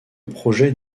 projet